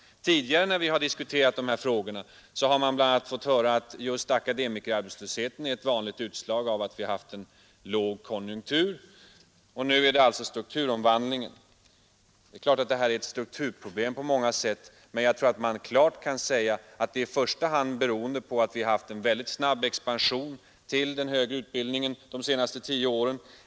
Tidigare när vi har diskuterat dessa frågor har man bl.a. fått höra att just akademikerarbetslösheten är ett vanligt utslag av att vi har haft en låg konjunktur. Och nu är det alltså strukturomvandlingen. Det är klart att detta är ett strukturproblem på många sätt, men jag tror att man klart kan säga att det i första hand är beroende på att vi har haft en väldigt snabb expansion av den högre utbildningen de senaste tio åren.